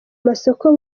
masoko